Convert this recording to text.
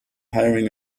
hiring